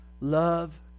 Love